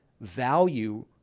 value